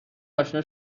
اشنا